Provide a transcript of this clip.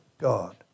God